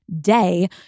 day